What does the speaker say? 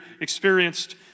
experienced